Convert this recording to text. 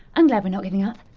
i'm glad we're not giving up.